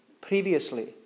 previously